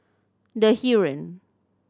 The Heeren